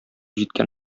җиткән